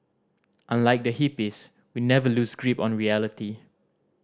unlike the hippies we never lose grip on reality